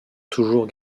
toujours